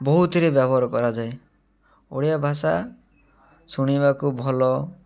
ବହୁତ ଥିରେ ବ୍ୟବହାର କରାଯାଏ ଓଡ଼ିଆ ଭାଷା ଶୁଣିବାକୁ ଭଲ